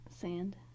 sand